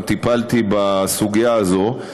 גם טיפלתי בסוגיה הזאת.